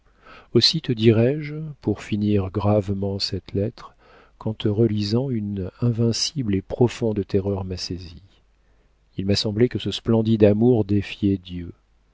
aussi te dirai-je pour finir gravement cette lettre qu'en te relisant une invincible et profonde terreur m'a saisie il m'a semblé que ce splendide amour défiait dieu